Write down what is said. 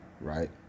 right